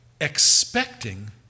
expecting